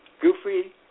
Goofy